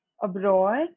abroad